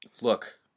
Look